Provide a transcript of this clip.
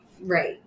Right